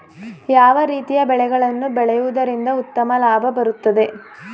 ಯಾವ ರೀತಿಯ ಬೆಳೆಗಳನ್ನು ಬೆಳೆಯುವುದರಿಂದ ಉತ್ತಮ ಲಾಭ ಬರುತ್ತದೆ?